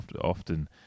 often